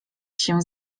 się